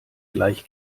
gleich